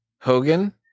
Hogan